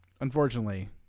Unfortunately